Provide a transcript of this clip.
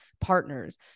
partners